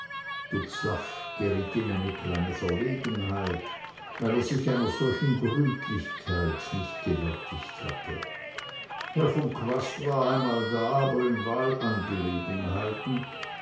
geriet in eine kleine verlegenheit weil er sich einer solchen gründlichkeit nicht gewärtigt hatte herr von quast war einmal hier aber in